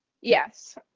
Yes